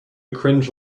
cringe